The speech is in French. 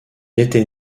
était